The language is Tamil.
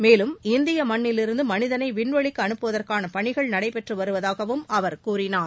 மேலும் இந்திய மண்ணிலிருந்து மனிதனை விண்வெளிக்கு அனுப்புவதற்கான பணிகள் நடைபெற்று வருவதாகவும் அவர் கூறினார்